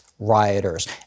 rioters